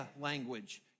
language